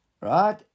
Right